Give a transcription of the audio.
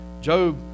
Job